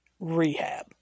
rehab